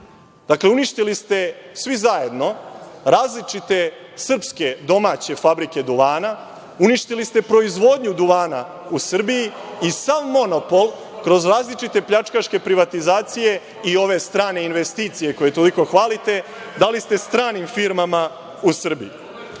Dakle, uništili ste, svi zajedno, različite srpske domaće fabrike duvana, uništili ste proizvodnju duvana u Srbiji i sav monopol kroz različite pljačkaške privatizacije i ove strane investicije koje toliko hvalite dali ste stranim firmama u Srbiji.